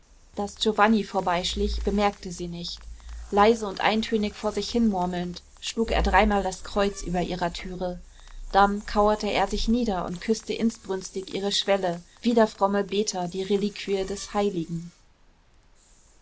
daß giovanni vorbeischlich merkte sie nicht leise und eintönig vor sich hinmurmelnd schlug er dreimal das kreuz über ihrer türe dann kauerte er sich nieder und küßte inbrünstig ihre schwelle wie der fromme beter die reliquie des heiligen